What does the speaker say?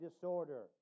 disorder